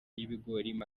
y’ibigori